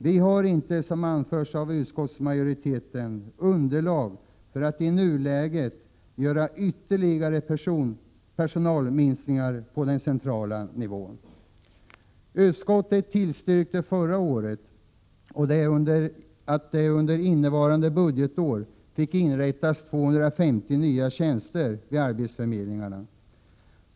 Vi har inte, som anförs av utskottsmajoriteten, underlag för att i nuläget göra ytterligare personalminskningar på den centrala nivån. Utskottet tillstyrkte förra året att det under innevarande budgetår fick inrättas 250 nya tjänster på arbetsförmedlingarna.